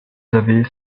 avaient